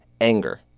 Anger